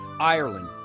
Ireland